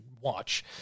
watch